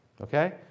Okay